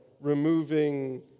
removing